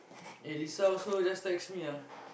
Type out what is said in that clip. eh Lisa also just text me ah